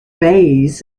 bays